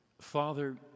Father